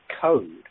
code